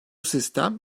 sistem